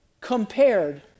compared